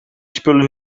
spullen